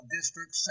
District